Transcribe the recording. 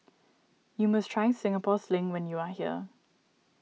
you must try Singapore Sling when you are here